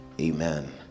Amen